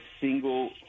single